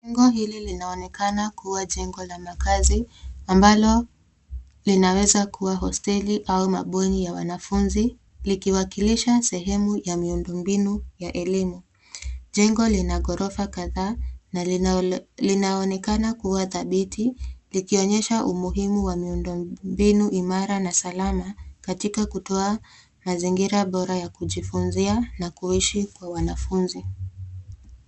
Jengo hili linaonekana kuwa jengo la makazi, ambalo linaweza kuwa hosteli au mabweni ya wanafunzi, likiwakilisha sehemu ya miundombinu ya elimu. Jengo lina ghorofa kadhaa na linaonekana kuwa dhabiti, likionyesha umuhimu wa miundombinu imara na salama katika kutoa mazingira bora ya kujifunzia na kuishi kwa wanafunzi.